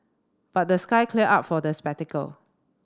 but the sky cleared up for the spectacle